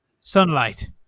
Sunlight